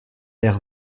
der